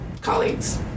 colleagues